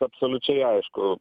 absoliučiai aišku